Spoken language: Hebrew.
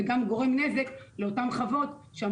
זה שוק שבו יש מעט מאוד מדינות שמותר להן